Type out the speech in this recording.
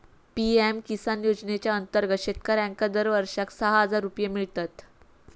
PM Kisan योजनेच्या अंतर्गत शेतकऱ्यांका दरवर्षाक सहा हजार रुपये मिळतत